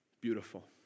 Beautiful